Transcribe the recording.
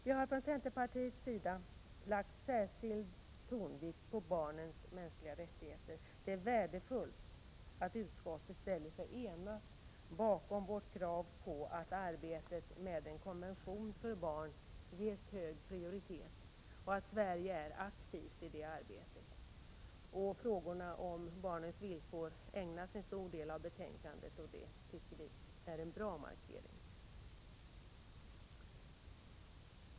Vi har från centerpartiets sida lagt särskild tonvikt på barnens mänskliga rättigheter. Det är värdefullt att utskottet ställer sig enat bakom vårt krav på att arbetet med en konvention för barn ges hög prioritet och att Sverige är aktivt i det arbetet. En stor del av betänkandet ägnas åt frågorna om barnens villkor, och det tycker vi är en bra markering.